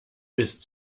ist